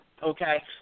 Okay